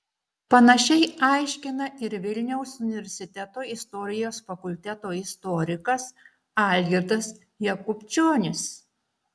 panašiai aiškina ir vilniaus universiteto istorijos fakulteto istorikas algirdas jakubčionis